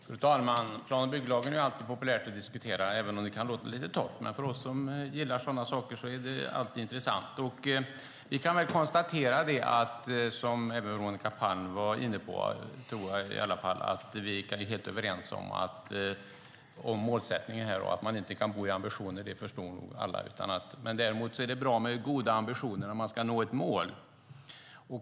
Fru talman! Det är alltid populärt att diskutera plan och bygglagen, även om det kan låta lite torrt. För oss som gillar sådana saker är det alltid intressant. Vi kan konstatera, och även Veronica Palm var inne på, att vi är helt överens om målsättningen. Att man inte kan bo i ambitioner förstår nog alla. Däremot är det bra med goda ambitioner om man ska nå ett mål.